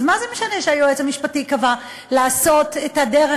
אז מה זה משנה שהיועץ המשפטי קבע לעשות את הדרך